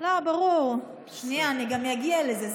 ברור, שנייה, אני גם אגיע לזה.